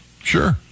Sure